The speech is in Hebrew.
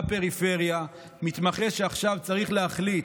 מתמחה שעכשיו צריך להחליט,